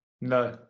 no